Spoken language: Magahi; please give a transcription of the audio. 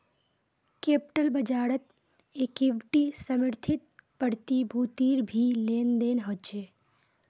कैप्टल बाज़ारत इक्विटी समर्थित प्रतिभूतिर भी लेन देन ह छे